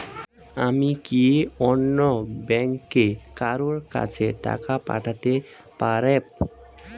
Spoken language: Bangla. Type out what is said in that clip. আমি কি অন্য ব্যাংকের কারো কাছে টাকা পাঠাতে পারেব?